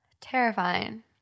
terrifying